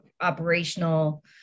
operational